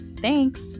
Thanks